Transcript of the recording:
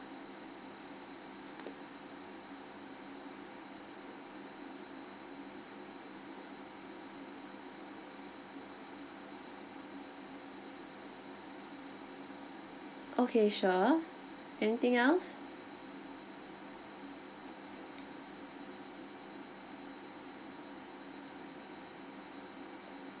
okay sure anything else